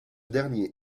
dernier